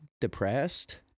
depressed